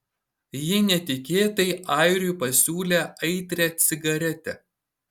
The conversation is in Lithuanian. ji netikėtai airiui pasiūlė aitrią cigaretę